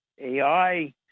AI